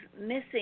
missing